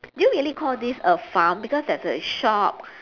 do you really call this a farm because there's a shop